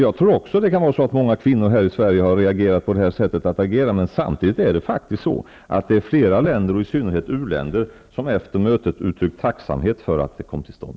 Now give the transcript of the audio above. Jag tror också att många kvinnor här i Sverige har reagerat på detta sätt. Men det är faktiskt flera länder, och i synnerhet u-länder, som efter mötet har uttryckt tacksamhet för att det kom till stånd.